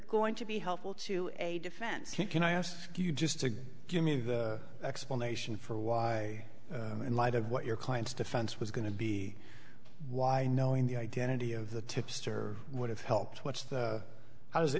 going to be helpful to a defense can i ask you just to give me the explanation for why in light of what your client's defense was going to be why knowing the identity of the tipster would have helped what's the how